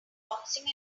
boxing